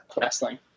wrestling